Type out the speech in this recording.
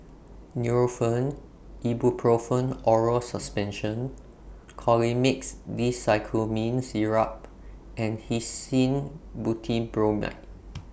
Nurofen Ibuprofen Oral Suspension Colimix Dicyclomine Syrup and Hyoscine Butylbromide